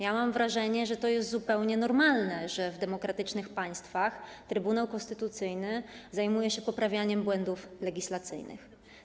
Ja mam wrażenie, że to jest zupełnie normalne, że w demokratycznych państwach Trybunał Konstytucyjny zajmuje się poprawianiem błędów legislacyjnych.